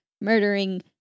murdering